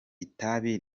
itabi